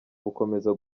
bukomeza